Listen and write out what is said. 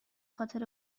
خاطر